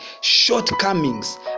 shortcomings